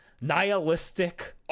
nihilistic